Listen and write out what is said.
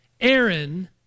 Aaron